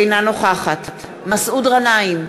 אינה נוכחת מסעוד גנאים,